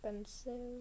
expensive